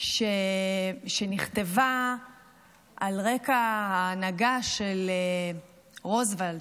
שנכתבה על רקע ההנהגה של רוזוולט,